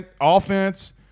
offense